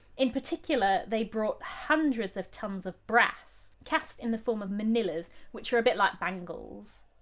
in particular they brought hundreds of tons of brass, cast in the form of manillas, which are a bit like bangles.